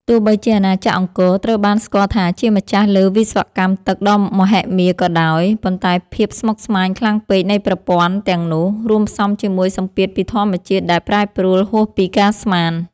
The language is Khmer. ទោះបីជាអាណាចក្រអង្គរត្រូវបានស្គាល់ថាជាម្ចាស់លើវិស្វកម្មទឹកដ៏មហិមាក៏ដោយ ប៉ុន្តែភាពស្មុគស្មាញខ្លាំងពេកនៃប្រព័ន្ធទាំងនោះ រួមផ្សំជាមួយសម្ពាធពីធម្មជាតិដែលប្រែប្រួលហួសពីការស្មាន។